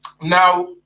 Now